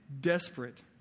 desperate